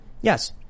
yes